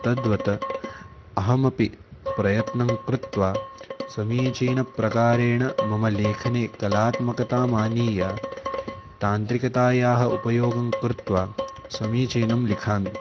तद्वत् अहमपि प्रयत्नं कृत्वा समीचीनप्रकारेण मम लेखने कलात्मकताम् आनीय तान्त्रिकतायाः उपयोगं कृत्वा समीचीनं लिखामि